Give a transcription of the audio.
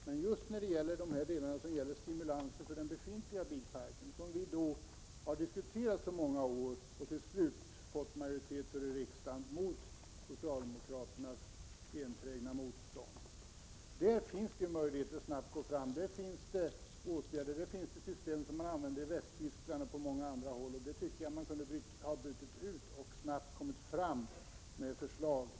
Men just i fråga om stimulanser för den befintliga bilparken — en fråga som vi har diskuterat under många år och där vi till slut fått majoritet här i riksdagen, trots socialdemokraternas enträgna motstånd — finns det möjligheter att snabbt gå fram. Där finns det åtgärder att vidta, och det finns också ett system som används i Västtyskland och på många andra håll. Den frågan tycker jag att man kunde ha brutit ut, så att förslag hade kommit fram snabbt.